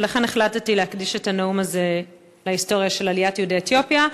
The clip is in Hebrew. ולכן החלטתי להקדיש את הנאום הזה להיסטוריה של עליית יהודי אתיופיה.